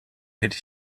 hätte